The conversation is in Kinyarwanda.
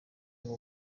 aba